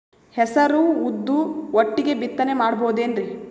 ಹೆಸರು ಉದ್ದು ಒಟ್ಟಿಗೆ ಬಿತ್ತನೆ ಮಾಡಬೋದೇನ್ರಿ?